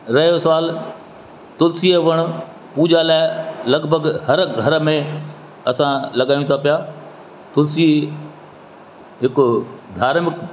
रहियो सुवालु तुलिसी जो वणु पूॼा लाइ लॻभॻि हर घर में असां लॻायूं था पिया तुलिसी जेको धर्म